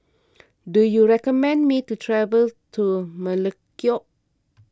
do you recommend me to travel to Melekeok